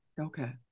Okay